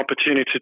opportunity